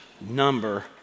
number